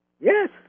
Yes